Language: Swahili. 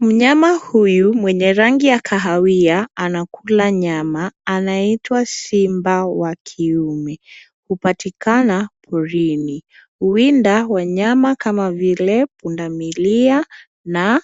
Mnyama huyu mwenye rangi ya kahawia anakula nyama, anaitwa simba wa kiume. Hupatikana porini. Huwinda wanyama kama vile, pundamilia na